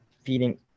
feeding